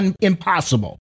impossible